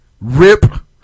rip